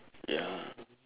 ya